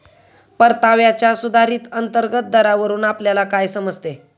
परताव्याच्या सुधारित अंतर्गत दरावरून आपल्याला काय समजते?